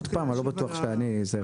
עוד פעם, אני לא בטוח שאני הבנתי.